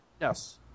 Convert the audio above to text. Yes